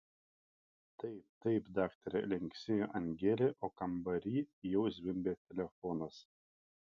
taip taip daktare linksėjo angelė o kambary jau zvimbė telefonas